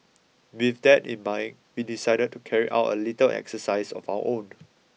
with that in mind we decided to carry out a little exercise of our own